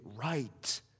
right